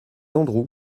andrew